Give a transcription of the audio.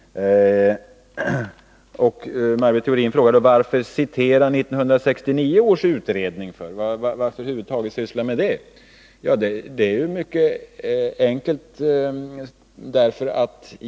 Maj Britt Theorin frågade varför man skulle citera 1969 års utredning och varför man över huvud taget skulle syssla med vad den kommit fram till. Svaret är mycket enkelt.